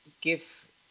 give